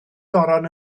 goron